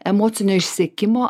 emocinio išsekimo